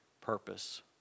purpose